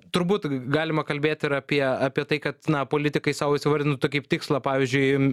turbūt galima kalbėt ir apie apie tai kad na politikai sau įsivardintų tai kaip tikslą pavyzdžiui